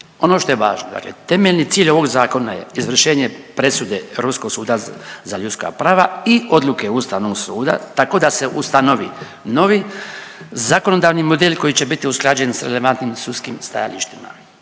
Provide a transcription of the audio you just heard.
Ono što je važno dakle temeljni cilj ovog zakona je izvršenje presude Europskog suda za ljudska prava i odluke Ustavnog suda tako da se ustanovi novi zakonodavni model koji će biti usklađen sa relevantnim sudskim stajalištima.